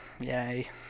Yay